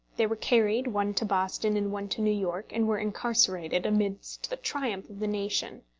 they were carried, one to boston and one to new york, and were incarcerated, amidst the triumph of the nation.